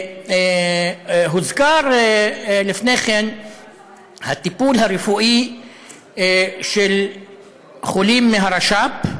הוזכר לפני כן הטיפול הרפואי בחולים מהרש"פ,